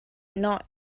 not